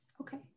Okay